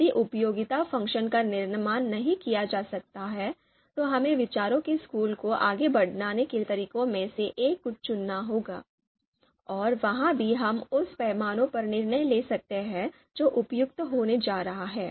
यदि उपयोगिता फ़ंक्शन का निर्माण नहीं किया जा सकता है तो हमें विचार के स्कूल को आगे बढ़ाने के तरीकों में से एक को चुनना होगा और वहां भी हम उस पैमाने पर निर्णय ले सकते हैं जो उपयुक्त होने जा रहा है